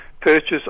purchase